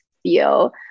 feel